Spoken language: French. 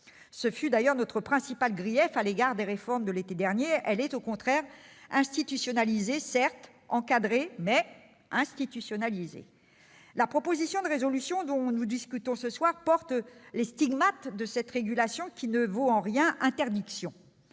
ce fut d'ailleurs notre principal grief à l'encontre des réformes de l'été dernier. Elle est au contraire institutionnalisée : encadrée, certes, mais institutionnalisée. La proposition de résolution dont nous discutons ce soir porte les stigmates de cette régulation qui ne vaut en rien interdiction.